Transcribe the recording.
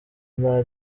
nta